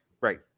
Right